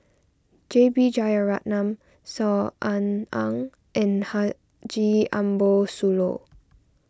J B Jeyaretnam Saw Ean Ang and Haji Ambo Sooloh